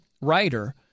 writer